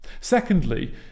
secondly